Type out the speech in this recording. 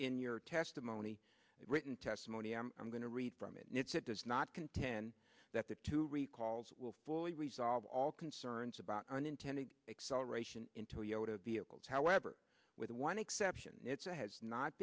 in your testimony written testimony i'm going to read from it and it's it does not contend that the two recalls will fully resolve all concerns about unintended acceleration in toyota vehicles however with one exception it's a has not